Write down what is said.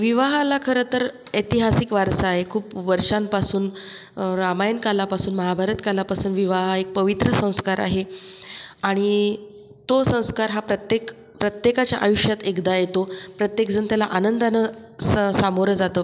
विवाहाला खरं तर एतिहासिक वारसा आहे खूप वर्षांपासून रामायण काळापासून महाभारत काळापासून विवाह हा एक पवित्र संस्कार आहे आणि तो संस्कार हा प्रत्येक प्रत्येकाच्या आयुष्यात एकदा येतो प्रत्येक जण त्याला आनंदानं स सामोरं जातं